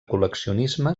col·leccionisme